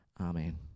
amen